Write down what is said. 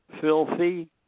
Filthy